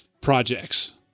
projects